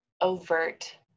overt